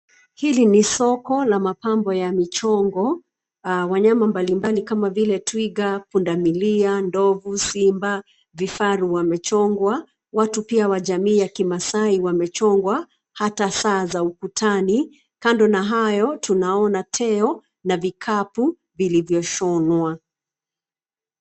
Hili ni soko la mapambo ya michongo. Wanyama mbalimbali kama vile twiga, punda milia, ndovu, simba, vifaru wamechongwa. Watu pia wa jamii ya Kimasai wamechongwa. Hata saa za ukutani. Kando na hayo tunaona teo na vikapu vilivyoshonwa.